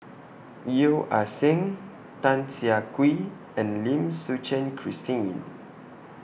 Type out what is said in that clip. Yeo Ah Seng Tan Siah Kwee and Lim Suchen Christine